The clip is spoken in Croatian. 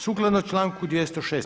Sukladno članku 206.